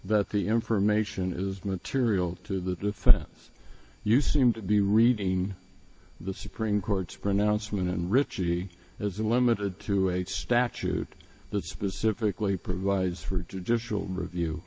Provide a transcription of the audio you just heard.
that the information is material to the defense you seem to be reading the supreme court's pronouncement and richie isn't limited to a statute that specifically provides for